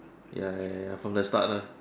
ya ya ya from the start lah